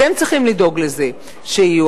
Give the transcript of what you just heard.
אתם צריכים לדאוג לזה שיהיו.